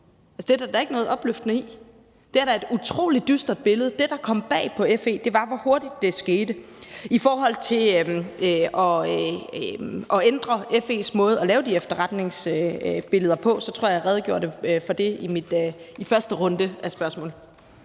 det er der da ikke noget opløftende i. Det er da et utrolig dystert billede. Det, der kom bag på FE, var, hvor hurtigt det skete. I forhold til at ændre FE's måde at lave de efterretningsbilleder på, tror jeg, at jeg redegjorde for det i første runde af spørgsmålet.